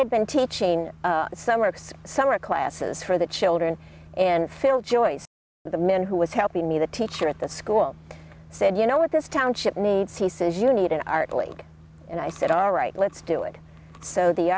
had been teaching some works summer classes for the children and phil joyce the men who was helping me the teacher at the school said you know what this township needs he says you need an art league and i said all right let's do it so the